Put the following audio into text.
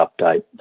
update